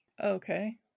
okay